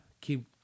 keep